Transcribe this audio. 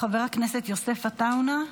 חבר הכנסת יוסף עטאונה,